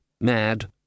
Mad